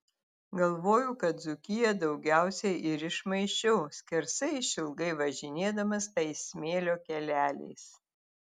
galvoju kad dzūkiją daugiausiai ir išmaišiau skersai išilgai važinėdamas tais smėlio keleliais